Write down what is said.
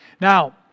Now